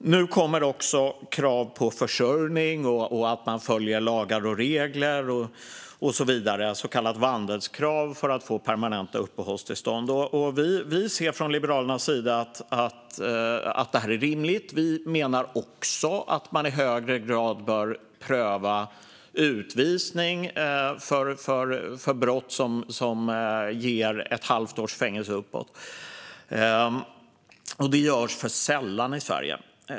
Nu kommer också krav på försörjning, att man följer lagar och regler och så vidare - så kallat vandelskrav - för att få permanent uppehållstillstånd. Vi i Liberalerna anser att det är rimligt. Vi menar också att man i högre grad bör pröva utvisning för brott som ger ett halvt års fängelse och uppåt. Detta görs för sällan i Sverige.